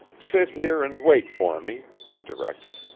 sit here and wait for me, he directed.